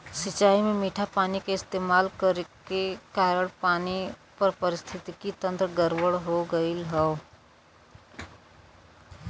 सिंचाई में मीठा पानी क इस्तेमाल करे के कारण पानी क पारिस्थितिकि तंत्र गड़बड़ हो गयल हौ